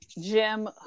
Jim